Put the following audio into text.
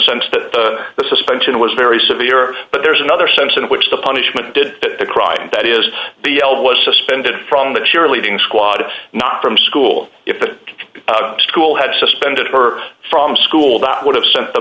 sense that the suspension was very severe but there's another sense in which the punishment did the crime and that is the l was suspended from the cheerleading squad not from school if the school had suspended her from school that would have sent the